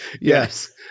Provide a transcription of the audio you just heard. yes